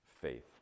faith